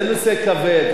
זה נושא כבד,